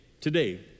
today